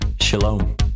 Shalom